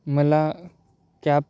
मला कॅब